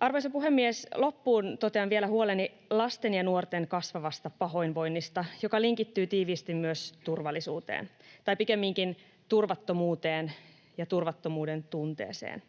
Arvoisa puhemies! Loppuun totean vielä huoleni lasten ja nuorten kasvavasta pahoinvoinnista, joka linkittyy tiiviisti myös turvallisuuteen tai pikemminkin turvattomuuteen ja turvattomuudentunteeseen.